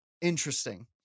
Interesting